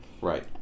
Right